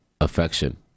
Affection